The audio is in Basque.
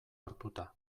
hartuta